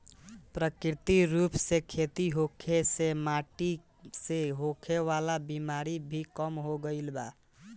प्राकृतिक रूप से खेती होखे से माटी से होखे वाला बिमारी भी कम हो गईल बा